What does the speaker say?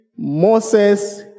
Moses